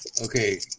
Okay